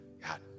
God